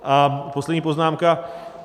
A poslední poznámka.